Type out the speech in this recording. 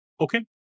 Okay